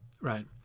right